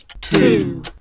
two